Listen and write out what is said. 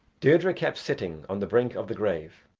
deirdre kept sitting on the brink of the grave,